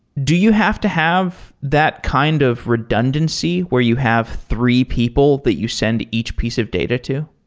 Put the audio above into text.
do you have to have that kind of redundancy, where you have three people that you send each piece of data to?